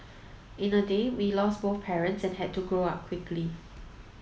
in a day we lost both parents and had to grow up quickly